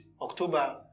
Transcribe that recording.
October